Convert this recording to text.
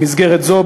במסגרת זו,